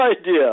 idea